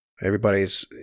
everybody's